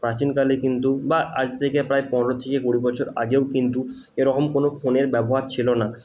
প্রাচীনকালে কিন্তু বা আজ থেকে প্রায় পনেরো থেকে কুড়ি বছর আগেও কিন্তু এরকম কোনো ফোনের ব্যবহার ছিল না